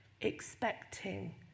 Expecting